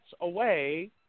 away